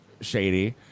Shady